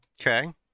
Okay